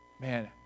Man